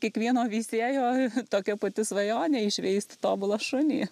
kiekvieno veisėjo tokia pati svajonė išveisti tobulą šunį